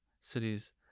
cities